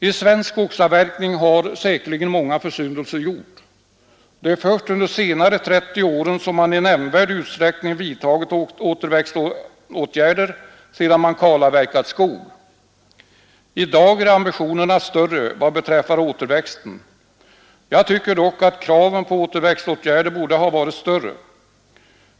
I svensk skogsavverkning har säkerligen många försyndelser gjorts. Det är först under de senaste 30 åren som man i nämnvärd utsträckning vidtagit återväxtarbeten sedan man kalavverkat skog. I dag är ambitionerna större vad beträffar återväxten. Jag tycker dock att kraven på återväxtåtgärder borde vara större.